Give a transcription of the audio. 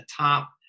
top